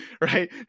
right